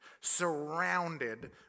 surrounded